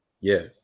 Yes